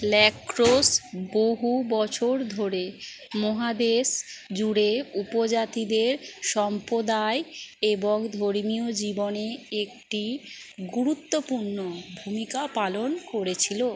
lacrosse বহু বছর ধরে মহাদেশ জুড়ে উপজাতিদের সম্প্রদায় এবং ধর্মীয় জীবনে একটি গুরুত্বপূর্ণ ভূমিকা পালন করেছিল